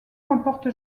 comporte